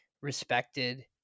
respected